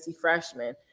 freshman